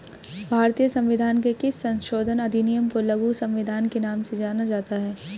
भारतीय संविधान के किस संशोधन अधिनियम को लघु संविधान के नाम से जाना जाता है?